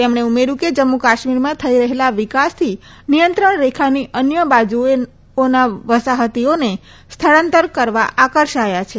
તેમણે ઉમેર્યું કે જમ્મુ કાશ્મીરમાં થઈ રહેલા વિકાસથી નિયંત્રણ રેખાની અન્ય બાજુએના વસાહતીઓને સ્થળાંતર કરવા આકર્ષાયા છે